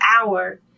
hour